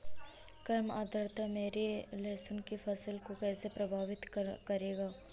कम आर्द्रता मेरी लहसुन की फसल को कैसे प्रभावित करेगा?